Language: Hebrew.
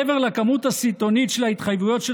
מעבר לכמות הסיטונית של ההתחייבויות של